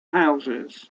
houses